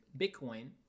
bitcoin